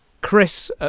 chris